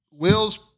Will's